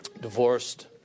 Divorced